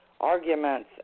arguments